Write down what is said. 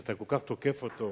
שאתה כל כך תוקף אותו,